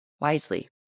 wisely